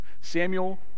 Samuel